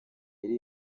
iri